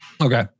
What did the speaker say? Okay